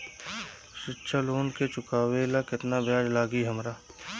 शिक्षा लोन के चुकावेला केतना ब्याज लागि हमरा?